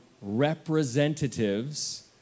representatives